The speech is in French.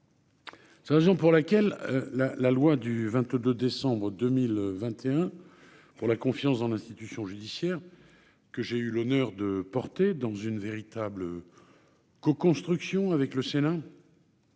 C'est la raison pour laquelle la la loi du 22 décembre 2021 pour la confiance dans l'institution judiciaire que j'ai eu l'honneur de porter dans une véritable co-construction avec le Sénat.